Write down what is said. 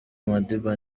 madiba